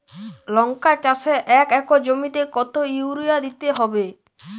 লংকা চাষে এক একর জমিতে কতো ইউরিয়া দিতে হবে?